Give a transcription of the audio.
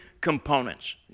components